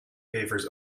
favours